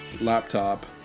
laptop